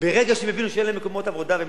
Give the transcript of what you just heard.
ברגע שהם יבינו שאין להם מקומות עבודה והם